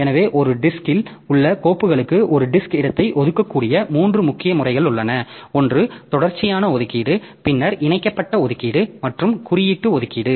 எனவே ஒரு டிஸ்க்ல் உள்ள கோப்புகளுக்கு ஒரு டிஸ்க் இடத்தை ஒதுக்கக்கூடிய மூன்று முக்கிய முறைகள் உள்ளன ஒன்று தொடர்ச்சியான ஒதுக்கீடு பின்னர் இணைக்கப்பட்ட ஒதுக்கீடு மற்றும் குறியீட்டு ஒதுக்கீடு